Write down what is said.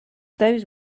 those